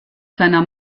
seiner